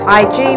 ig